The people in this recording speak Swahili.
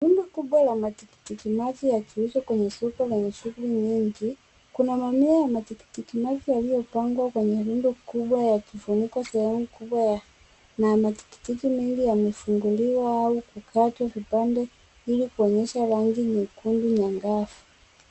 Rundo kubwa la matikitimaji yakiuzwa kwenye soko lenye shughuli nyingi. Kuna mamia ya matikitimaji yaliyopangwa kwenye rundo kubwa yakifunika sehemu kubwa na matikiti mengi yamefunguliwa au kukatwa vipande ili kuonyesha rangi nyekundu nyangavu.